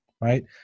right